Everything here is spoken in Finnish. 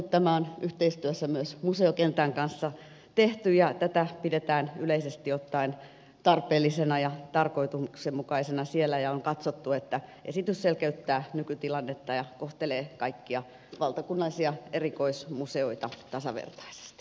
tämä on myös tehty yhteistyössä museokentän kanssa ja tätä pidetään siellä yleisesti ottaen tarpeellisena ja tarkoituksenmukaisena ja on katsottu että esitys selkeyttää nykytilannetta ja kohtelee kaikkia valtakunnallisia erikoismuseoita tasavertaisesti